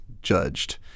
judged